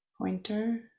pointer